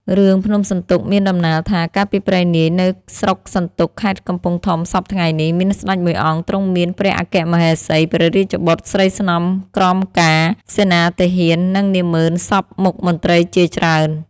រឿង ភ្នំសន្ទុកមានដំណាលថា កាលពីព្រេងនាយនៅស្រុកសន្ទុក ខេត្តកំពង់ធំសព្វថ្ងៃនេះ មានស្ដេចមួយអង្គ ទ្រង់មានព្រះអគ្គមហេសី ព្រះរាជបុត្រ ស្រីស្នំក្រមការ សេនាទាហាន និងនាហ្មឺនសព្វមុខមន្ត្រី ជាច្រើន។